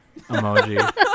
emoji